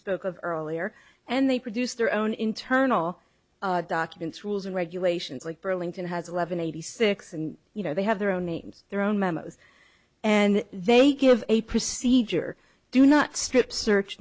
spoke of earlier and they produced their own internal documents rules and regulations like burlington has eleven eighty six and you know they have their own names their own memos and they give a procedure do not strip search